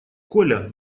коля